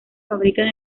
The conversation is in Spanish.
fabrican